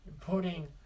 putting